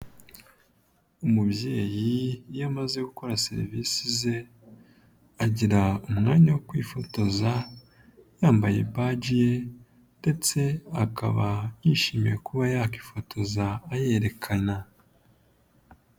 Umubyeyi iyo amaze gukora serivise ze agira umwanya wo kwifotoza, yambaye ibaji ye ndetse akaba yishimiye kuba yakifotoza ayerekana.